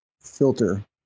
filter